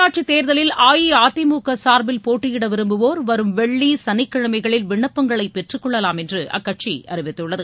உள்ளாட்சித் தேர்தலில் அஇஅதிமுக சார்பில் போட்டியிட விரும்புவோர் வரும் வெள்ளி சனிக்கிழமைகளில் விண்ணப்பங்களை பெற்றுக் கொள்ளலாம் என்று அக்கட்சி அறிவித்துள்ளது